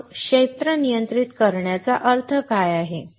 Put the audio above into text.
मग क्षेत्र नियंत्रित करण्याचा अर्थ काय आहे